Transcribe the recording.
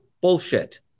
Bullshit